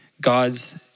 God's